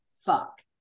fuck